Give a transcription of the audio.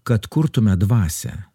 kad kurtume dvasią